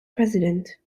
president